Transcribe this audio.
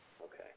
Okay